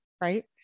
right